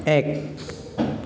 এক